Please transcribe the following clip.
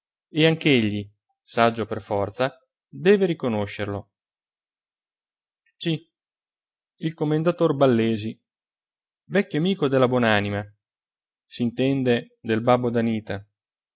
e anch'egli saggio per forza deve riconoscerlo c il commentator ballesi vecchio amico della buon'anima s'intende del babbo d'anita